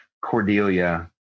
Cordelia